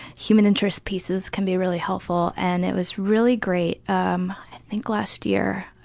human interest pieces can be really helpful and it was really great, um i think, last year,